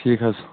ٹھیٖک حظ